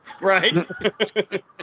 Right